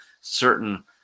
certain